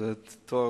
וזה תואר